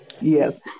yes